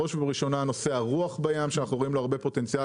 בראש ובראשונה נושא הרוח בים שאנחנו רואים לו הרבה פוטנציאל